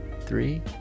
three